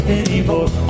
anymore